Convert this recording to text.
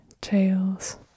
tails